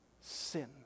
sin